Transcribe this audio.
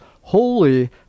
holy